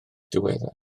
diweddar